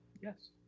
Yes